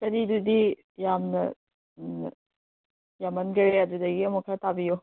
ꯆꯅꯤꯗꯨꯗꯤ ꯌꯥꯝꯅ ꯎꯝ ꯌꯥꯝꯃꯟꯒꯔꯦ ꯑꯗꯨꯗꯒꯤ ꯑꯃꯨꯛ ꯈꯔ ꯇꯥꯕꯤꯌꯣ